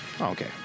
Okay